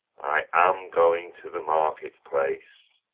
i am going to the market-place